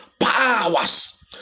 Powers